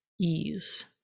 ease